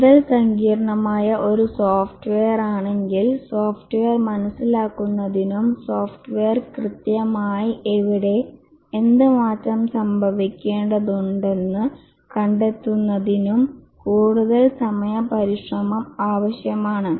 കൂടുതൽ സങ്കീർണ്ണമായ ഒരു സോഫ്റ്റ്വെയറാണെങ്കിൽ സോഫ്റ്റ്വെയർ മനസിലാക്കുന്നതിനും സോഫ്റ്റ്വെയർ കൃത്യമായി എവിടെ എന്ത് മാറ്റം സംഭവിക്കേണ്ടതുണ്ടെന്ന് കണ്ടെത്തുന്നതിനും കൂടുതൽ സമയ പരിശ്രമം ആവശ്യമാണ്